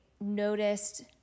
noticed